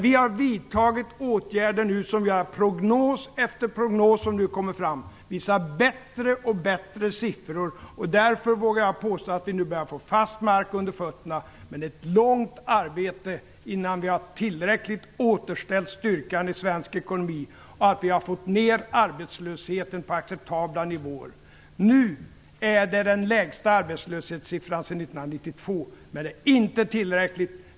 Vi har nu vidtagit åtgärder som gör att prognos efter prognos visar bättre och bättre siffror. Därför vågar jag påstå att vi nu börjar få fast mark under fötterna. Men det är ett långt arbete kvar innan vi har tillräckligt återställt styrkan i svensk ekonomi och fått ned arbetslösheten till acceptabla nivåer. Nu har vi den lägsta arbetslöshetssiffran sedan 1992, men det är inte tillräckligt.